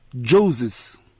Joseph